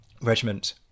regiment